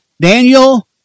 Daniel